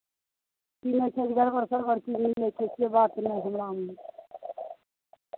ई नहि छै गड़बड़ सड़बड़ चीज ई नहि छै से बात नहि छै हमरामे